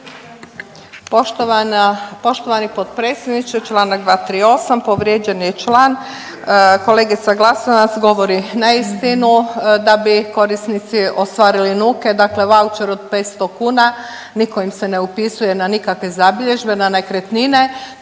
Poštovani potpredsjedniče, članak 238. povrijeđen je član. Kolegica Glasovac govori neistinu da bi korisnici ostvarili nuke, dakle vaučer od 500 kuna. Nitko im se ne upisuje na nikakve zabilježbe, na nekretnine.